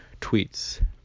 tweets